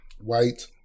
White